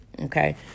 Okay